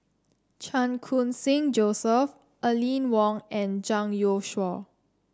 Chan Khun Sing Joseph Aline Wong and Zhang Youshuo